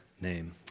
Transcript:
name